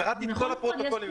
קראתי את כל הפרוטוקולים.